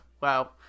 wow